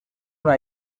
una